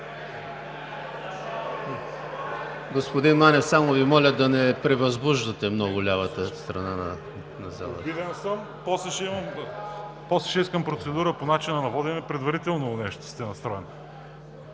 Господин Манев, само Ви моля да не превъзбуждате много лявата страна на залата. МАНОИЛ МАНЕВ (ГЕРБ): Обиден съм. После ще искам процедура по начина на водене. Предварително нещо сте настроен.